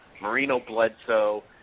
Marino-Bledsoe